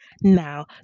now